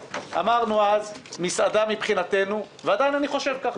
אמרנו אז ועדיין אני חושב כך